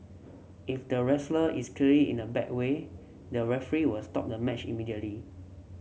if the wrestler is clear in a bad way the referee were stop the match immediately